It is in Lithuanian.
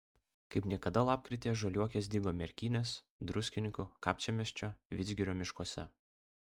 kaip niekada lapkrityje žaliuokės dygo merkinės druskininkų kapčiamiesčio vidzgirio miškuose